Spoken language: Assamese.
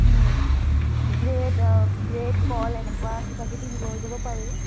ব্ৰেড ব্ৰেড কল এনেকুৱা কিবা কিবি লৈ যাব পাৰি